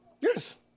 Yes